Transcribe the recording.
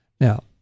Now